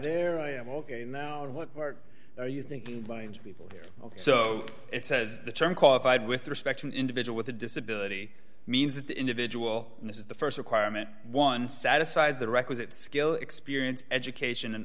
there i am ok now what part are you thinking people here so it says the term qualified with respect to an individual with a disability means that the individual in this is the st requirement one satisfies the requisite skill experience education and